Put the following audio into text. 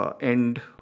end